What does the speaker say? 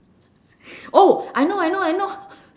oh I know I know I know